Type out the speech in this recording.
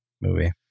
Movie